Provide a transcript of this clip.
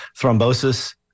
thrombosis